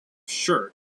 shirt